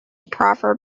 proper